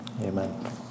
Amen